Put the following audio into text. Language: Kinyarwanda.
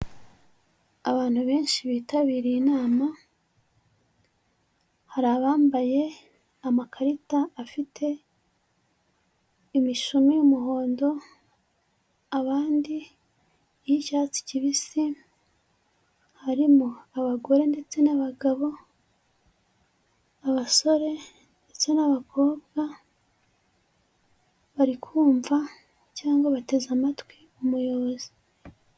Abantu benshi bitabiriye inama, hari abambaye amakarita afite imishumi y'umuhondo, abandi y'icyatsi kibisi, harimo abagore ndetse n'abagabo, abasore ndetse n'abakobwa, bari kumva cyangwa bateze amatwi umuyobozi.